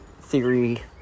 theory